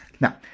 Now